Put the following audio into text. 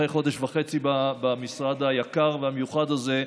אחרי חודש וחצי במשרד היקר והמיוחד הזה,